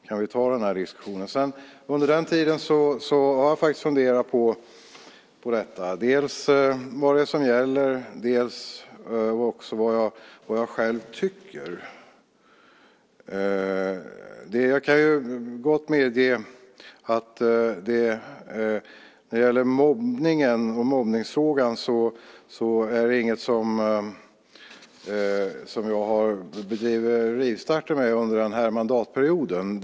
Jag har funderat dels på vad som gäller, dels på vad jag själv tycker och kan gott medge att mobbningsfrågan inte är en fråga som jag bedrivit rivstarter med under den här mandatperioden.